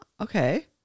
Okay